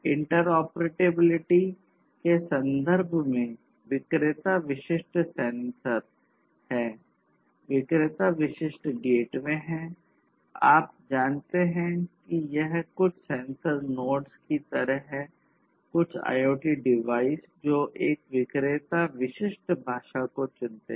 interoperability की तरह है कुछ IoT डिवाइस जो एक विक्रेता विशिष्ट भाषा को चुनते हैं